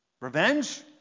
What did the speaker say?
Revenge